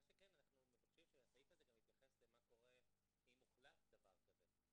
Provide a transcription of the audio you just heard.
מה שכן אנחנו מבקשים שהסעיף הזה יתייחס למה קורה אם הוחלט דבר כזה.